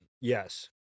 yes